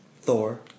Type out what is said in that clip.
Thor